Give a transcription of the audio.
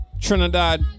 Trinidad